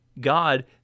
God